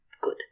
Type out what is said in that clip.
good